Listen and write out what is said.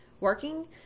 working